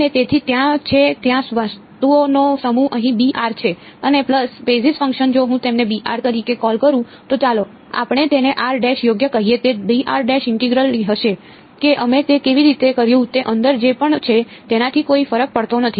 અને તેથી ત્યાં છે ત્યાં વસ્તુઓનો સમૂહ અહીં છે અને પલ્સ બેઝિસ ફંક્શન જો હું તેમને તરીકે કૉલ કરું તો ચાલો આપણે તેને યોગ્ય કહીએ તે ઇન્ટેગ્રલ હશે કે અમે તે કેવી રીતે કર્યું તે અંદર જે પણ છે તેનાથી કોઈ ફરક પડતો નથી